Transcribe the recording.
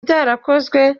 byarakozwe